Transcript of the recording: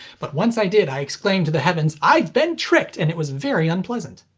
but once i did i exclaimed to the heavens, i've been tricked! and it was very unpleasant.